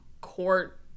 court